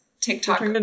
tiktok